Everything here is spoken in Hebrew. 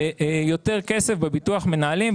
יותר כסף בביטוח מנהלים.